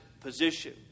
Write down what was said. position